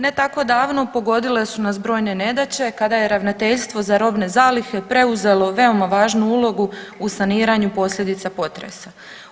Ne tako davno pogodile su nas brojne nedaće kada je Ravnateljstvo za robne zalihe preuzelo veoma važnu ulogu u saniranju posljedica potresa.